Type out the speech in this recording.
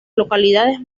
localidades